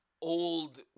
old